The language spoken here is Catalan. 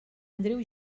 andreu